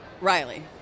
Riley